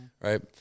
right